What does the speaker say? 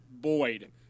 Boyd